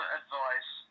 advice